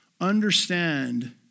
understand